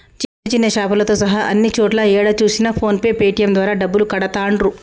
చిన్న చిన్న షాపులతో సహా అన్ని చోట్లా ఏడ చూసినా ఫోన్ పే పేటీఎం ద్వారా డబ్బులు కడతాండ్రు